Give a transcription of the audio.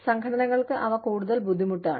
സംഘടനകൾക്ക് അവ കൂടുതൽ ബുദ്ധിമുട്ടാണ്